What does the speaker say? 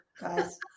guys